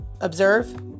Observe